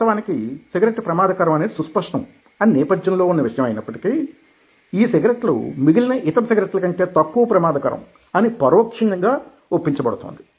వాస్తవానికి సిగరెట్ ప్రమాదకరం అనేది సుస్పష్టంఅని నేపథ్యంలో ఉన్న విషయం అయినప్పటికీ ఈ సిగరెట్లు మిగిలిన ఇతర సిగరెట్ల కంటే తక్కువ ప్రమాదకరం అని పరోక్షంగా ఒప్పించబడుతోంది